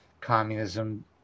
communism